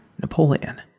Napoleon